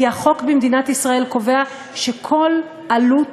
כי החוק במדינת ישראל קובע שכל עלות